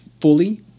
fully